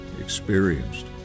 experienced